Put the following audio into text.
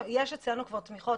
יש אצלנו כבר תמיכות,